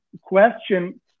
question